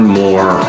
more